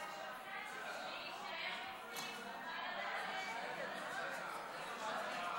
הצעת ועדת החוקה,